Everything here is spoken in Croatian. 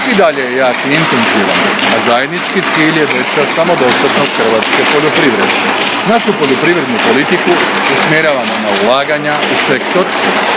i dalje je jak i intenzivan, a zajednički cilj je veća samodostatnost hrvatske poljoprivrede. Našu poljoprivrednu politiku usmjeravamo na ulaganja u sektor